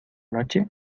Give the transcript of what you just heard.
noche